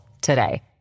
today